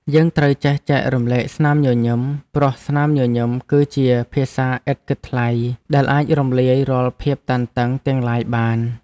យើងត្រូវចេះចែករំលែកស្នាមញញឹម ព្រោះស្នាមញញឹមគឺជាភាសាឥតគិតថ្លៃដែលអាចរំលាយរាល់ភាពតានតឹងទាំងឡាយបាន។